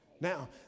Now